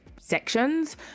sections